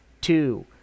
two